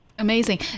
Amazing